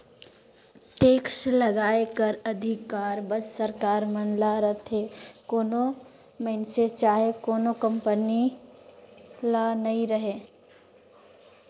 tax लगाए कर अधिकार बस सरकार मन ल रहथे कोनो मइनसे चहे कोनो कंपनी ल नी रहें